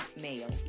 male